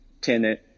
tenant